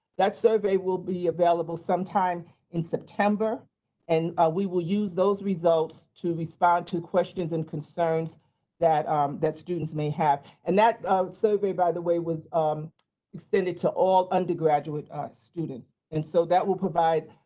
that survey will be available sometime in september and we will use those results to respond to questions and concerns that um that students may have. and that survey by the way was um extended to all undergraduate ah students. and so that will provide,